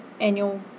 annual